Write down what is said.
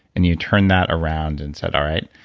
and you turned that around and said, all right,